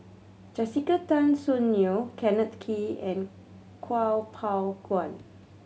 Jessica Tan Soon Neo Kenneth Kee and Kuo Pao Kun